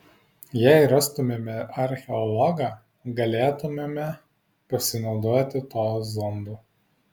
jei rastumėme archeologą galėtumėme pasinaudoti tuo zondu